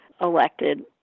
elected